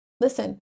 listen